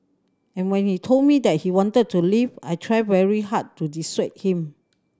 and when he told me that he wanted to leave I tried very hard to dissuade him